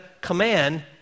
command